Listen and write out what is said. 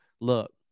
look